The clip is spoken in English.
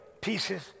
pieces